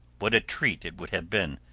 what a treat it would have been!